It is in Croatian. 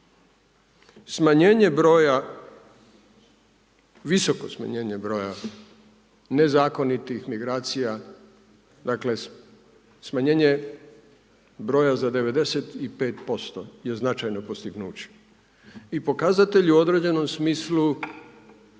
smanjenje broja, visoko smanjenje broja nezakonitih migracija dakle smanjenje broja za 95% je značajno postignuće. I pokazatelji u određenom smislu